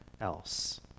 else